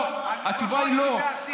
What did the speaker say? על פחות מזה עשיתם.